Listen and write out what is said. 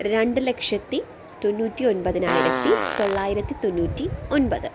രണ്ടു ലക്ഷത്തി തൊണ്ണൂറ്റി ഒൻപതിനായിരത്തി തൊള്ളായിരത്തി തൊണ്ണൂറ്റി ഒൻപത്